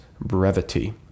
brevity